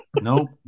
Nope